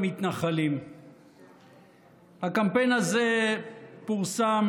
הקמפיין הזה פורסם